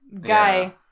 guy